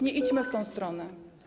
Nie idźmy w tę stronę.